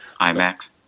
IMAX